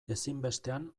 ezinbestean